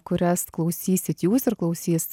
kurias klausysit jūs ir klausys